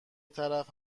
طرف